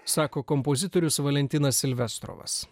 sako kompozitorius valentinas silvestros